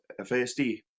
FASD